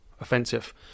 offensive